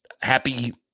happy